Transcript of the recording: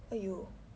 !aiyo!